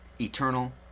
eternal